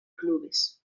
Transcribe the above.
clubes